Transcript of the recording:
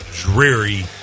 dreary